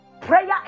Prayer